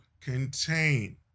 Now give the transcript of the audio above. contain